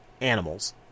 animals